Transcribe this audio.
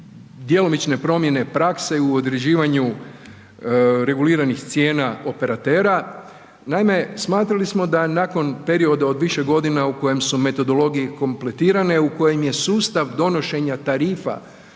djelomične promjene prakse u određivanju reguliranih cijena operatera. Naime, smatrali smo da nakon perioda od više godina u kojem su metodologije kompletirane u kojem je sustav donošenja tarifa